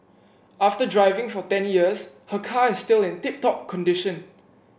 after driving for ten years her car is still in tip top condition